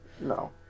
No